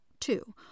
Two